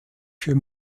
für